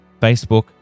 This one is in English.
Facebook